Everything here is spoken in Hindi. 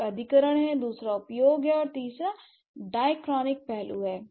एक अधिग्रहण है दूसरा उपयोग है और तीसरा एक डाईक्रॉनिक पहलू है